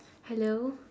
hello